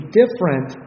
different